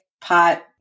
pot